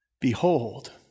Behold